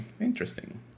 Interesting